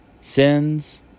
sins